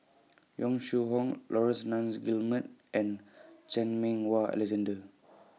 Yong Shu Hoong Laurence Nunns Guillemard and Chan Meng Wah Alexander